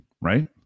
right